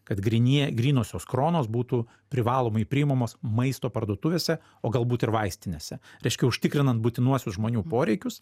kad grynieji grynosios kronos būtų privalomai priimamos maisto parduotuvėse o galbūt ir vaistinėse reiškia užtikrinant būtinuosius žmonių poreikius